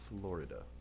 Florida